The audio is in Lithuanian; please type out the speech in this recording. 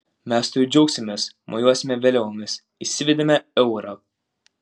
mes tuoj džiaugsimės mojuosime vėliavomis įsivedėme eurą